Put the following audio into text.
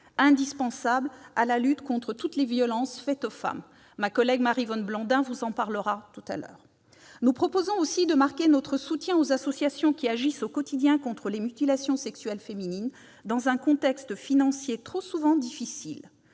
indispensable à la lutte contre toutes les violences faites aux femmes. Ma collègue Maryvonne Blondin vous en parlera tout à l'heure. Nous proposons aussi de marquer notre soutien aux associations qui agissent au quotidien contre les mutilations sexuelles féminines, dans un contexte financier trop souvent difficile.